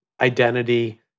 identity